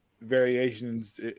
variations